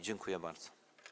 Dziękuję bardzo.